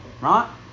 Right